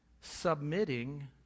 submitting